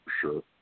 sure